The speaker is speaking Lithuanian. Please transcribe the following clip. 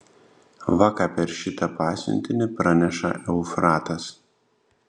va ką per šitą pasiuntinį praneša eufratas